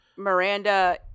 Miranda